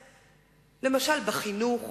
גינקולוג,